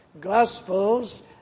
gospels